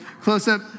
Close-up